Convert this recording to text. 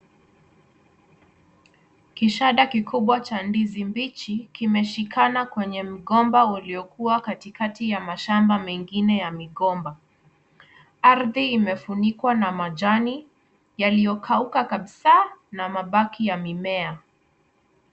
Kishada kikubwa cha ndizi mbichi kimeshikana kwenye mgomba uliokuwa katikati ya mashamba mengine ya migomba. Ardhi imefunikwa na majani yaliyokauka kabisaa na mabaki ya mimea.